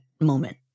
moment